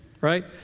Right